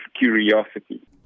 curiosity